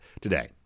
today